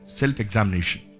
self-examination